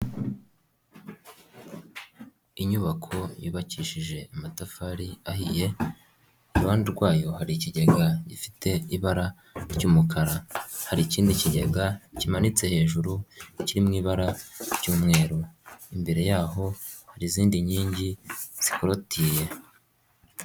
inyubako yubakishije amatafari ahiye, iruhande rwayo hari ikigega gifite ibara ry'umukara, hari ikindi kigega kimanitse hejuru, kiri mu ibara ry'umweru, imbere yaho hari izindi nkingi zikurutiye.